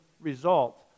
result